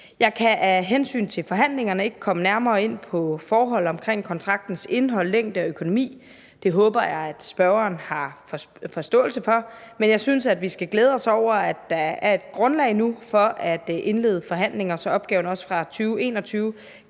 Jeg kan af hensyn til forhandlingerne ikke komme nærmere ind på forhold omkring kontraktens indhold, længde og økonomi. Det håber jeg at spørgeren har forståelse for, men jeg synes, at vi skal glæde os over, at der er et grundlag nu for at indlede forhandlinger, så opgaven også fra 2021